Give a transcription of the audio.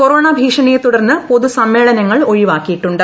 corona ഭീഷണിയെ തുടർന്ന് പൊതു സമ്മേളനങ്ങൾ ഒഴിവാക്കിയിട്ടുണ്ട്